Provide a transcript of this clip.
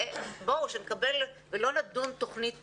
אנחנו צריכים לקבל תמונה שלמה ולא לדון תוכנית תוכנית,